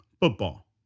football